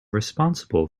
responsible